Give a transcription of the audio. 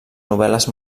novel·les